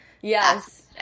Yes